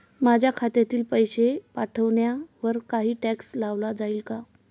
माझ्या खात्यातील पैसे पाठवण्यावर काही टॅक्स लावला जाईल का?